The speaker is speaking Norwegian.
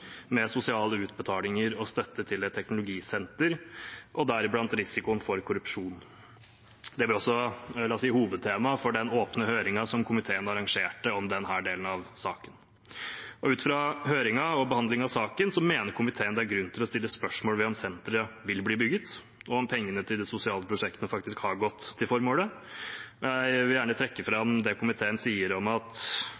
med sosiale utbetalinger og støtte til et teknologisenter og deriblant risikoen for korrupsjon. Det ble også hovedtemaet for den åpne høringen som komiteen arrangerte om denne delen av saken. Ut fra høringen og behandlingen av saken mener komiteen det er grunn til å stille spørsmål ved om senteret vil bli bygd, og om pengene til de sosiale prosjektene faktisk har gått til formålet. Jeg vil gjerne trekke fram